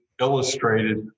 illustrated